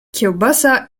kiełbasa